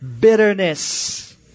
bitterness